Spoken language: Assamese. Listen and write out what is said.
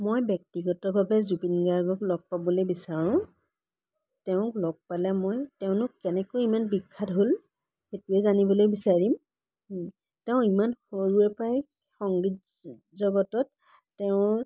মই ব্যক্তিগতভাৱে জুবিন গাৰ্গক লগ পাবলৈ বিচাৰোঁ তেওঁক লগ পালে মই তেওঁনো কেনেকৈ ইমান বিখ্যাত হ'ল সেইটোৱেই জানিবলৈ বিচাৰিম তেওঁ ইমান সৰুৰে পৰাই সংগীত জগতত তেওঁৰ